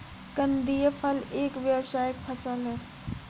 कंदीय फसल एक व्यावसायिक फसल है